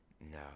no